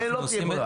לא תהיה ברירה.